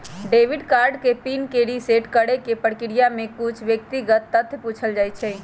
debit card के pin के reset करेके प्रक्रिया में कुछ व्यक्तिगत तथ्य पूछल जाइ छइ